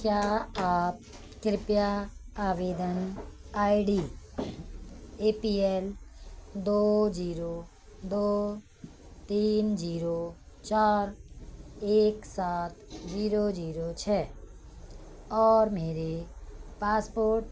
क्या आप कृपया आवेदन I D A P L दो जीरो दो तीन जीरो चार एक सात जीरो जीरो छः और मेरे पासपोर्ट